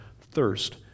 thirst